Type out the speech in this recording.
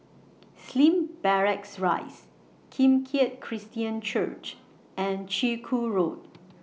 Slim Barracks Rise Kim Keat Christian Church and Chiku Road